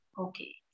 Okay